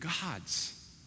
gods